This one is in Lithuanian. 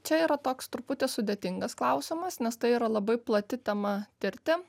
čia yra toks truputį sudėtingas klausimas nes tai yra labai plati tema tirti